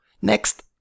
Next